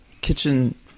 kitchen